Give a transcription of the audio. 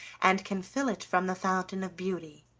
and can fill it from the fountain of beauty.